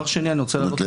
זאת אומרת,